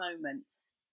moments